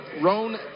Roan